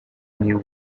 new